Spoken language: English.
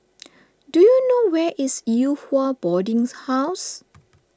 do you know where is Yew Hua Boarding's House